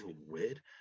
weird